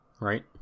Right